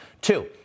Two